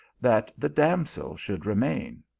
that the damsel should remain.